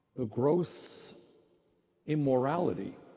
the gross immorality